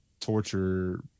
torture